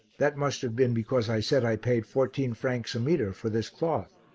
that must have been because i said i paid fourteen francs a metre for this cloth.